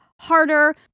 harder